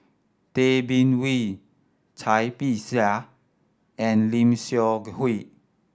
Tay Bin Wee Cai Bixia and Lim Seok Hui